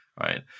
right